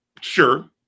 sure